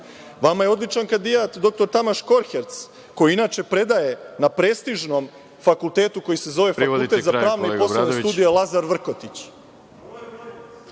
Vama je odličan kandidat dr Tamaš Korhec koji inače predaje na prestižnom fakultetu koji se zove Fakultet za pravne i poslovne studije „Lazar Vrkotić“.